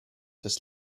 des